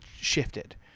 shifted